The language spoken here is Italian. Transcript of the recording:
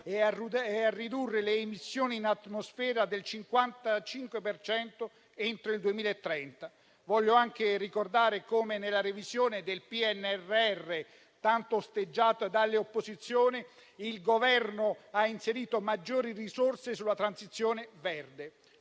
e a ridurre le emissioni in atmosfera del 55 per cento entro il 2030. Voglio anche ricordare come nella revisione del PNRR, tanto osteggiato dalle opposizioni, il Governo ha inserito maggiori risorse sulla transizione verde.